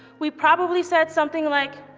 we probably said something like,